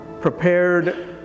prepared